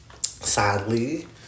sadly